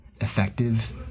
effective